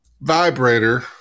vibrator